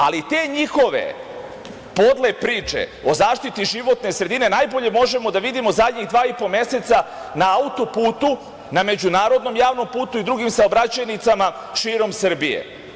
Ali, te njihove podle priče, o zaštiti životne sredine, najbolje možemo da vidimo zadnjih dva i po meseca na auto-putu, na međunarodnom javnom putu i drugim saobraćajnicama širom Srbije.